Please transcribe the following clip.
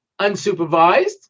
unsupervised